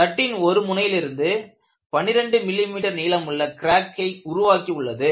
தட்டின் ஒரு முனையிலிருந்து 12 மில்லிமீட்டர் நீளமுள்ள கிராக் உருவாக்கி உள்ளது